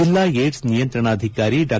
ಜಿಲ್ನಾ AIDS ನಿಯಂತ್ರಣಾಧಿಕಾರಿ ಡಾ